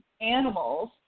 animals